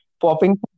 popping